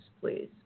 please